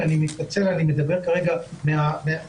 אני מתנצל, אני מדבר כרגע מהזיכרון.